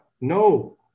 No